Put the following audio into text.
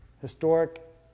historic